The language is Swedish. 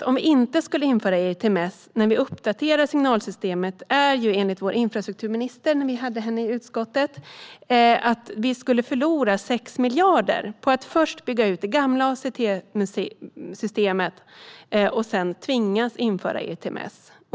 Om vi inte inför ERTMS när vi uppdaterar signalsystemet är problemet enligt infrastrukturministern att vi skulle förlora 6 miljarder på att först bygga ut det gamla ATC-systemet och sedan tvingas införa ERTMS.